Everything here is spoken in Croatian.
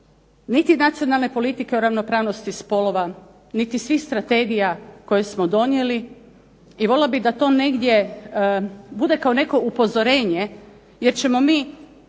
niti Nacionalne politike o ravnopravnosti spolova niti svih strategija koje smo donijeli i voljela bih da to negdje bude kao neko upozorenje jer ćemo mi